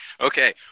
Okay